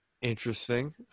interesting